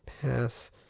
Pass